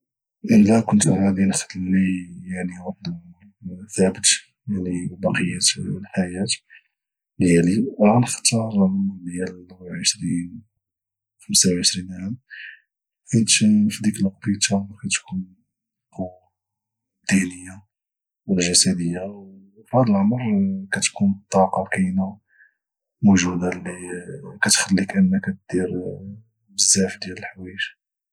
الى كنت غادي نخلي يعني واحد العمر ثابت يعني لبقية الحياة ديالي غنختار العمر ديال 24 اولى 25 عام حيت فديك الوقيتة كتكون القوة الذهنية والجسدية وفهاد العمر كتكون الطاقة كاينة موجودة اللي كتخليك انك دير بزاف ديال الحوايج